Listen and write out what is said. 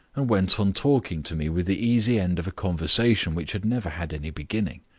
and went on talking to me with the easy end of a conversation which had never had any beginning.